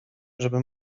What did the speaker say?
żeby